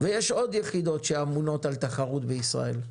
יש עוד יחידות שאמונות על תחרות בישראל,